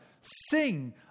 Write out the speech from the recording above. sing